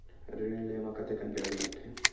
ऋण ले म कतेकन ब्याज लगथे?